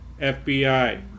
FBI